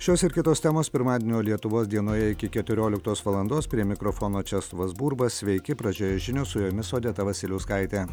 šios ir kitos temos pirmadienio lietuvos dienoje iki keturioliktos valandos prie mikrofono česlovas burba sveiki pradžioje žinios su jomis odeta vasiliauskaitė